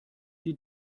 die